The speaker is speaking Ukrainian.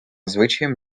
звичаєм